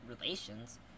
relations